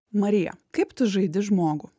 marija kaip tu žaidi žmogų